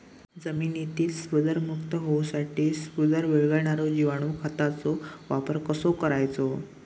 जमिनीतील स्फुदरमुक्त होऊसाठीक स्फुदर वीरघळनारो जिवाणू खताचो वापर कसो करायचो?